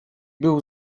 był